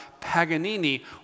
Paganini